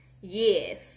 Yes